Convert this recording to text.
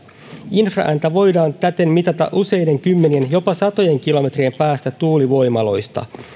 infraääntä voidaan täten mitata useiden kymmenien jopa satojen kilometrien päästä tuulivoimaloista